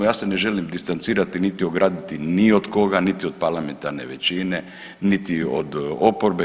Ja se ne želim distancirati niti ograditi niti od koga, niti od parlamentarne većine, niti od oporbe.